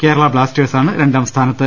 കേരള ബ്ലാസ്റ്റേഴ്സാണ് രണ്ടാം സ്ഥാനത്ത്